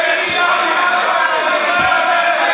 בבקשה.